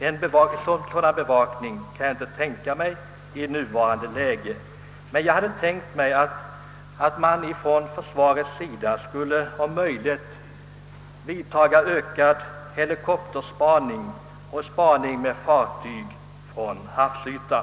En sådan bevakning kan jag inte tänka mig i nuvarande läge, men jag hade tänkt mig att man från försvarets sida om möjligt skulle vidtaga åtgärder för ökad helikopterspaning och spaning med fartyg från havsvtan.